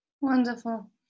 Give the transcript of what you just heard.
Wonderful